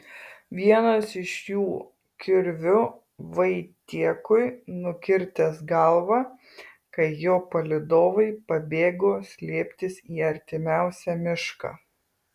vienas iš jų kirviu vaitiekui nukirtęs galvą kai jo palydovai pabėgo slėptis į artimiausią mišką